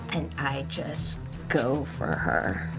and i just go for her.